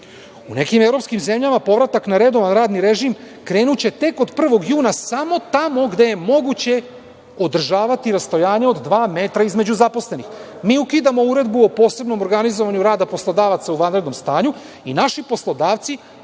U nekim evropskim zemljama povratak na redovan radni režim krenuće tek od 1. juna samo tamo gde je moguće održavati rastojanje od dva metra između zaposlenih. Mi ukidamo uredbu o posebnom organizovanju rada poslodavaca u vanrednom stanju i naši poslodavci